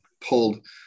pulled